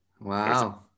wow